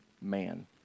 man